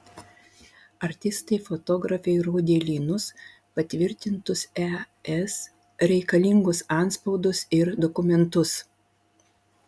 artistai fotografei rodė lynus patvirtintus es reikalingus antspaudus ir dokumentus